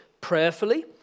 prayerfully